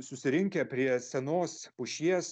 susirinkę prie senos pušies